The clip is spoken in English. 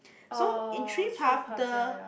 so in three path the